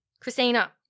Christina